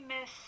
miss